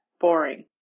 boring